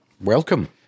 Welcome